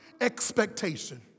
expectation